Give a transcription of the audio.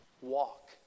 walk